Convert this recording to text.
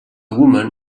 woman